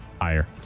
Higher